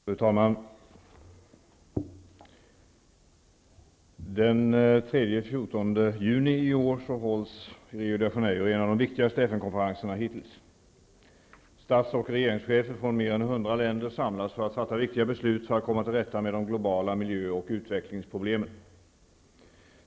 Fru talman! Den 3--14 juni i år hålls i Rio de Janeiro en av de viktigaste FN-konferenserna hittills. Statsoch regeringschefer från mer än 100 länder samlas för att fatta viktiga beslut för att komma till rätta med de globala miljö och utvecklingsproblemen.